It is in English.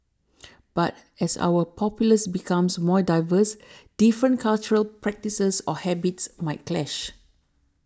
but as our populace becomes more diverse different cultural practices or habits might clash